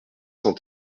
cent